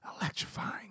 electrifying